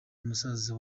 musaza